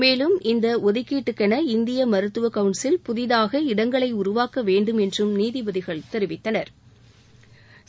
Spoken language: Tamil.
மேலும் இந்த ஒதுக்கீட்டுக்கென இந்திய மருத்துவக் கவுன்சில் புதிததாக இடங்களை உருவாக்க வேண்டும் என்று நீதிபதிகள் தெரிவித்தனா்